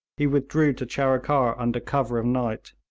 he withdrew to charikar under cover of night.